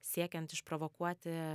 siekiant išprovokuoti